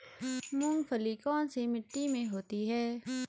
मूंगफली कौन सी मिट्टी में होती है?